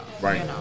right